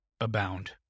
abound